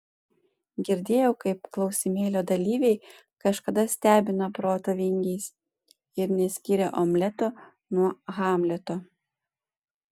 girdėjau kaip klausimėlio dalyviai kažkada stebino proto vingiais ir neskyrė omleto nuo hamleto